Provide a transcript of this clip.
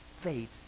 fate